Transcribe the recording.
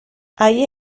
ahí